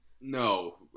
No